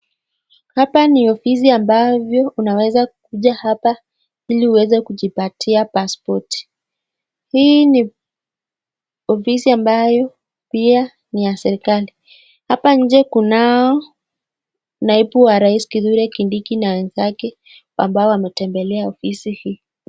Hapa ni ofisi ambayo unaweza kukuja hapa ili uweze kujipataia pasipoti, hii ni ofisi ambayo pia ni ya serikali, hapa nje kunao naibu wa rais kithure kindiki na wenzake ambao wametembelea ofisi hii.